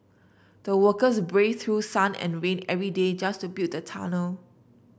the workers braved through sun and rain every day just to build the tunnel